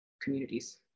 communities